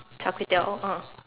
Char-Kway-Teow ah